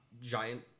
Giant